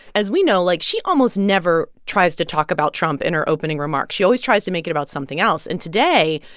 as we know, like, she almost never tries to talk about trump in her opening remarks. she always tries to make it about something else. and today,